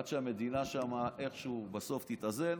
עד שהמדינה שם איכשהו בסוף תתאזן,